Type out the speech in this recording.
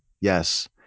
Yes